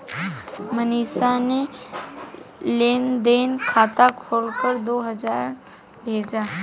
मनीषा ने लेन देन खाता खोलकर दो हजार भेजा